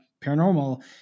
paranormal